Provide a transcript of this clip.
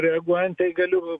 reaguojant tai galiu